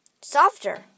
softer